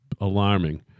alarming